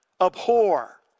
Abhor